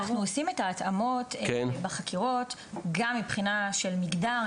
אנחנו עושים את ההתאמות בחקירות גם מבחינת מגדר,